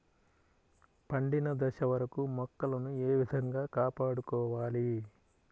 పండిన దశ వరకు మొక్కలను ఏ విధంగా కాపాడుకోవాలి?